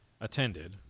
attended